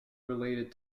related